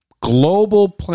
global